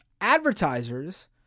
Advertisers